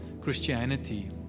christianity